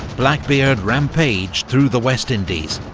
blackbeard rampaged through the west indies,